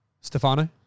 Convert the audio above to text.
Stefano